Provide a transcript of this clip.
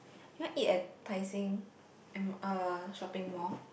you want eat at Tai Seng M uh shopping mall